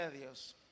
Dios